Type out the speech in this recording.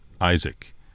Isaac